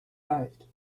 leicht